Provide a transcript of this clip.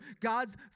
God's